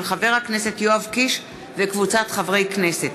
של חבר הכנסת יואב קיש וקבוצת חברי הכנסת,